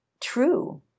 true